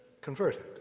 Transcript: converted